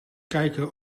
kijken